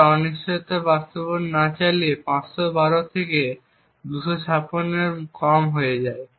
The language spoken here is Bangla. তাহলে অনিশ্চয়তা বাস্তবায়ন না চালিয়ে 512 থেকে 256 এর কম হয়ে যায়